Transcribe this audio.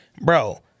Bro